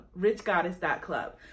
richgoddess.club